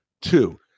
Two